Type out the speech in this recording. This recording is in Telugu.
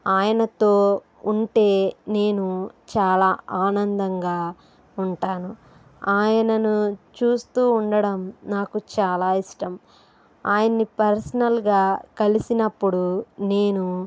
ఆయనతో ఉంటే నేను చాలా ఆనందంగా ఉంటాను ఆయనను చూస్తూ ఉండడం నాకు చాలా ఇష్టం ఆయనని పర్సనల్గా కలిసినప్పుడు నేను